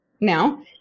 Now